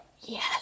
Yes